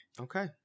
Okay